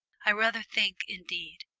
i rather think, indeed,